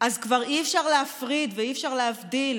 אז כבר אי-אפשר להפריד ואי-אפשר להבדיל